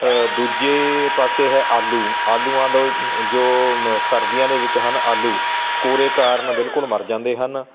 ਦੂਜੇ ਪਾਸੇ ਹੈ ਆਲੂ ਆਲੂਆਂ ਦਾ ਜੋ ਸਰਦੀਆਂ ਦੇ ਵਿੱਚ ਹਨ ਆਲੂ ਕੋਰੇ ਕਾਰਨ ਬਿਲਕੁਲ ਮਰ ਜਾਂਦੇ ਹਨ